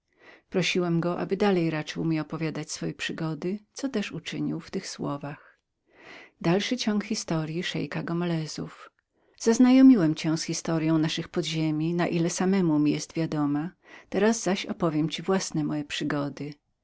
prosiłem go aby dalej raczył mi opowiadać swoje przygody co też uczynił w tych słowach zaznajomiłem cię z historyą naszych podziemi o ile sam ją wiedziałem teraz opowiem ci własne moje przygody